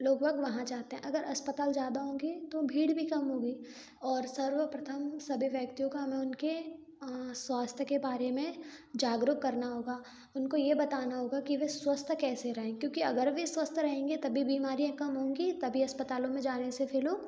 लोगबाग़ वहाँ जाते हैं अगर अस्पताल ज़्यादा होंगे तो भीड़ भी कम होगी और सर्वप्रथम सभी व्यक्तियों का हमें उनके स्वास्थ्य के बारे में जागरूक करना होगा उनको ये बताना होगा कि वे स्वस्थ कैसे रहें क्योंकि अगर वे स्वस्थ रहेंगे तभी बीमारियाँ कम होंगी तभी अस्पतालों में जाने से फिर लोग